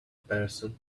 person